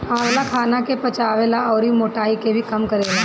आंवला खाना के पचावे ला अउरी मोटाइ के भी कम करेला